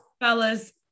Fellas